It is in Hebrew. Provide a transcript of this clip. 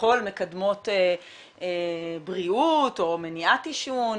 שכביכול מקדמות בריאות או מניעת עישון,